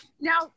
now